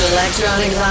Electronic